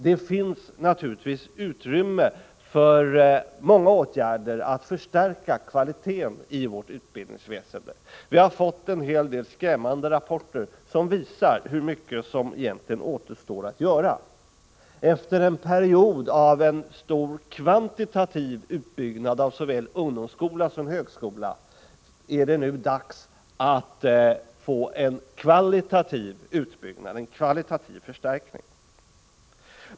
Det finns naturligtvis utrymme för många åtgärder för att förstärka kvaliteten i vårt utbildningsväsende. Vi har fått en hel del skrämmande rapporter som visar hur mycket som egentligen återstår att göra. Efter en period av stor kvantitativ utbyggnad av såväl ungdomsskolan som högskolan är det nu dags för en kvalitativ förstärkning.